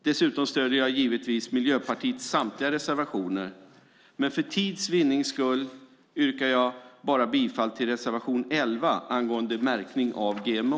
Dessutom stöder jag givetvis Miljöpartiets samtliga reservationer, men för tids vinnande yrkar jag bifall bara till reservation 11 angående märkning av GMO.